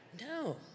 No